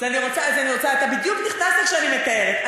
אתה בדיוק נכנסת כשאני מתארת.